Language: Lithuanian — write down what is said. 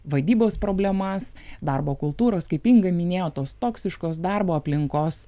vadybos problemas darbo kultūros kaip inga minėjo tos toksiškos darbo aplinkos